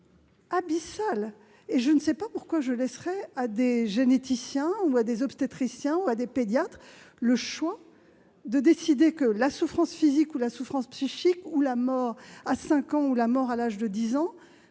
abyssales. Je ne sais pas pourquoi je laisserais à des généticiens, à des obstétriciens ou à des pédiatres le choix de décider que la souffrance physique, la souffrance psychique, la mort à 5 ans ou la mort à l'âge de 10 ans